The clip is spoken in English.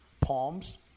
palms